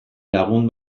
lagun